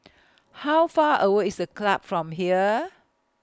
How Far away IS A Club from here